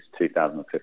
2015